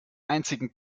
einzigen